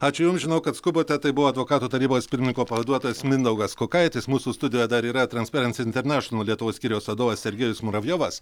ačiū jums žinau kad skubate tai buvo advokatų tarybos pirmininko pavaduotojas mindaugas kukaitis mūsų studijoje dar yra transperansy internešenal lietuvos skyriaus vadovas sergejus muravjovas